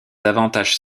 davantage